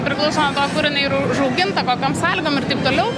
priklauso nuo to kur jinai yra užauginta kokiom sąlygom ir taip toliau